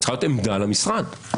צריכה להיות עמדה למשרד.